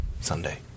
Sunday